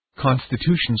Constitutions